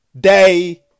Day